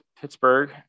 Pittsburgh